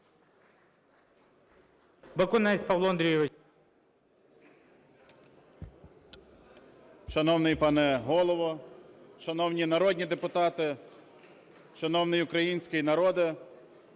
Шановний пане Голово, шановні народні депутати, шановний український народе!